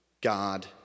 God